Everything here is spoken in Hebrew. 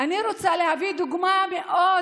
אני רוצה להביא דוגמה מאוד